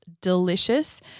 delicious